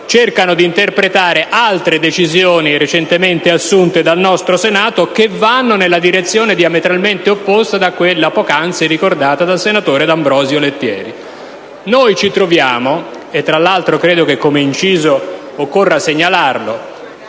cercano di interpretare altre decisioni recentemente assunte del nostro Senato che vanno in una direzione diametralmente opposta da quella poc'anzi riportata dal senatore D'Ambrosio Lettieri. Ci troviamo - credo che in via incidentale occorra segnalarlo